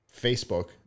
Facebook